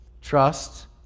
Trust